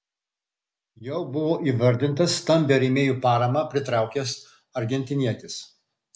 juo buvo įvardintas stambią rėmėjų paramą pritraukęs argentinietis